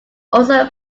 also